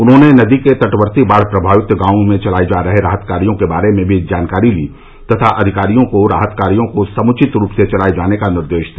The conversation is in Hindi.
उन्होंने नदी के तटवर्ती बाढ़ प्रभावित गांवों में चलाये जा रहे राहत कार्यो के बारे में भी जानकारी ली तथा अधिकारियों को राहत कार्यो को समुचित रूप से चलाए जाने का निर्देश दिया